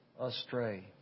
astray